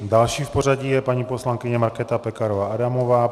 Další v pořadí je paní poslankyně Markéta Pekarová Adamová.